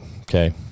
okay